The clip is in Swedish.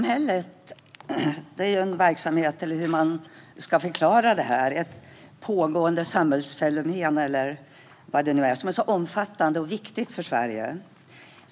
Herr talman! Civilsamhället är en verksamhet, ett pågående samhällsfenomen eller hur man nu ska förklara det som är omfattande och viktigt i Sverige.